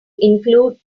include